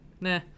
nah